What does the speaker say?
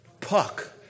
puck